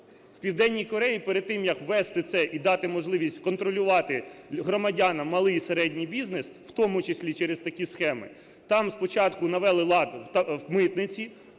у Південній Кореї перед тим, як ввести це і дати можливість контролювати громадянам малий і середній бізнес, в тому числі через такі схеми, там спочатку навели лад в митниці,